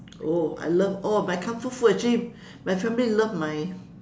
oh I love oh my comfort food actually my family love my